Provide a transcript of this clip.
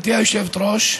גברתי היושבת-ראש,